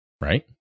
Right